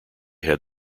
had